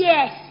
Yes